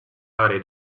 aree